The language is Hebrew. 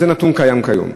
זה נתון קיים כיום.